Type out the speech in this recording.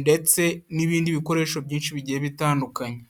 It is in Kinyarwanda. ndetse n'ibindi bikoresho byinshi bigiye bitandukanye.